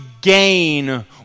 gain